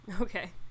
Okay